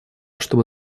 чтобы